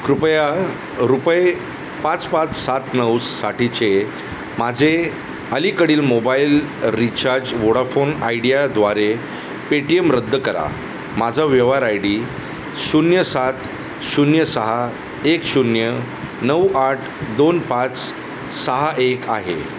कृपया रुपये पाच पाच सात नऊसाठीचे माझे अलीकडील मोबाईल रीचार्ज वोडाफोन आयडिया द्वारे पे टी एम रद्द करा माझा व्यवहार आय डी शून्य सात शून्य सहा एक शून्य नऊ आठ दोन पाच सहा एक आहे